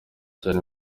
cyane